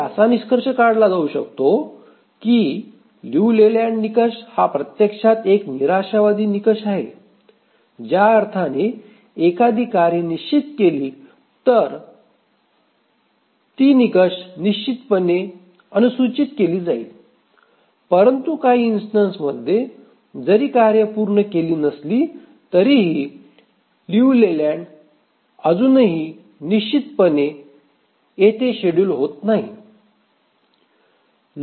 येथे असा निष्कर्ष काढला जाऊ शकतो की लिऊ लेलँड निकष हा प्रत्यक्षात एक निराशावादी निकष आहे ज्या अर्थाने एखादी कार्ये निश्चित केली तर ती निकष निश्चितपणे अनुसूचीत केली जाईल परंतु काही इन्स्टन्स मध्ये जरी कार्ये पूर्ण केली नसली तरीही लियू लेलँड अजूनही निश्चितपणे हे शेड्यूल होत आहे